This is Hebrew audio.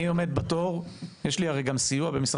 אני עומד בתור ויש לי גם סיוע במשרד